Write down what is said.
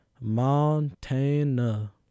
Montana